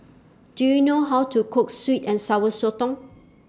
Do YOU know How to Cook Sweet and Sour Sotong